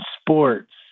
sports